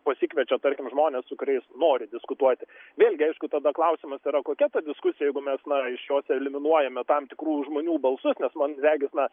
pasikviečia tarkim žmones su kuriais nori diskutuoti vėlgi aišku tada klausimas yra kokia ta diskusija jeigu mes na iš jos eliminuojame tam tikrų žmonių balsus nes man regis na